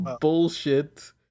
bullshit